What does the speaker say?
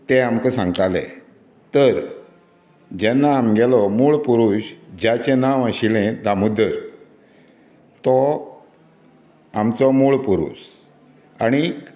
ते आमकां सांगताले तर जेन्ना आमगेलो मूळ पुरूश जेचें नांव आशिल्लें दामोदर तो आमचो मूळ पुरूश आनीक